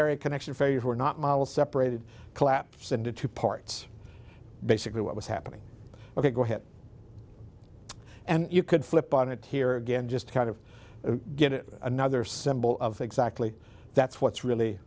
area connection failures were not model separated collapse into two parts basically what was happening ok go ahead and you could flip on it here again just kind of get it another symbol of exactly that's what's really